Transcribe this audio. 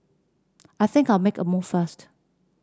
I think I'll make a move first